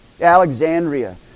Alexandria